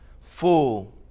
Full